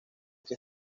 que